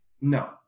No